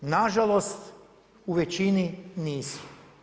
Nažalost u većini nisu.